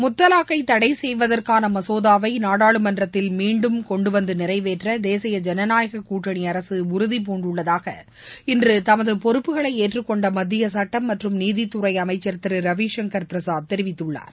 முத்தலாக்கை தடை செய்வதற்கான மசோதாவை நாடாளுமன்றத்தில் மீண்டும் கொண்டுவந்து நிறைவேற்ற தேசிய ஜனநாயக கூட்டணி அரசு உறுதி பூண்டுள்ளதாக இன்று தமது பொறுப்புகளை ஏற்றுக்கொண்ட மத்திய சுட்டம் மற்றும் நீதித்துறை அமைச்சர் திரு ரவிசங்கர் பிரசாத் தெரிவித்துள்ளார்